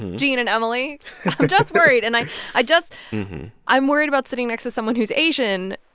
gene and emily i'm just worried. and i i just i'm worried about sitting next to someone who's asian.